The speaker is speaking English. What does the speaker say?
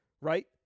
right